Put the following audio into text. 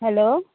hello